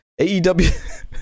AEW